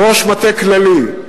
שראש מטה כללי,